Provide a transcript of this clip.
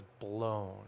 blown